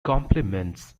compliments